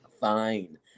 Fine